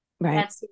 Right